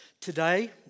Today